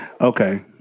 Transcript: Okay